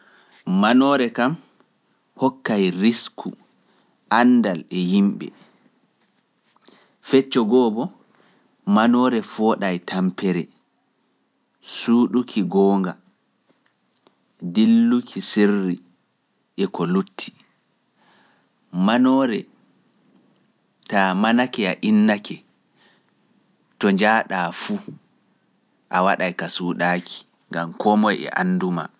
Manoore kam hokkay risku anndal e yimɓe. Fecco go'o bo, manoore fooɗay tampere, suuɗuki goonga, dilluki sirri e ko lutti. Manoore taa manake ya innake, to njaaɗaa fuu, a waɗay ka suuɗaaki, ngam koo moye e andu maa.